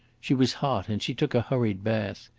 she was hot, and she took a hurried bath.